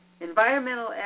Environmental